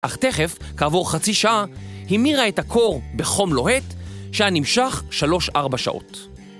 אך תיכף, כעבור חצי שעה, המירה את הקור בחום לוהט, שהינ נמשך 3-4 שעות.